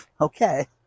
Okay